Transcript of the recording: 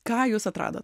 ką jūs atradot